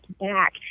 back